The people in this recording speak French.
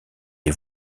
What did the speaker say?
des